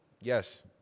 Yes